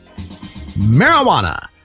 Marijuana